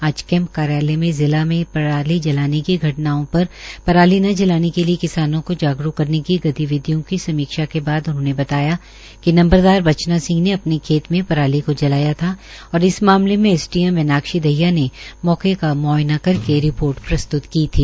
आज कैम्प कार्यालय में जिला में पराली जलाने की घटनाओं और पराली न जलाने के लिए किसानो को जागरूक करने की गतिविधियों की समीक्षा के बाद उन्होंने बताया कि नम्बरदार बचना सिंह ने अपने खेत में पराली को जलाया था और इस मामले में एसडीएम मीनाक्षी दहिया ने मौके का म्आयना करके रिपोर्ट प्रस्त्त की थी